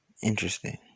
Interesting